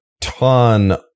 ton